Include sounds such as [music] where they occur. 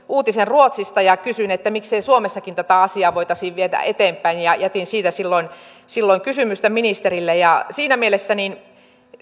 [unintelligible] uutisen ruotsista ja kysyin miksei suomessakin tätä asiaa voitaisi viedä eteenpäin jätin siitä silloin silloin kysymystä ministerille siinä mielessä